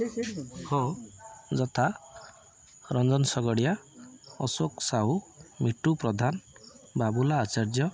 ହଁ ଯଥା ରଞ୍ଜନ ଶଗଡ଼ିଆ ଅଶୋକ ସାହୁ ମିଟୁ ପ୍ରଧାନ ବାବୁଲା ଆଚାର୍ଯ୍ୟ